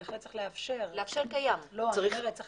אני חושבת שצריך